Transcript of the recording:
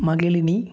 Magizhini